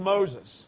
Moses